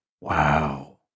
Wow